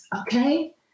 Okay